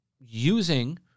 using